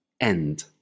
end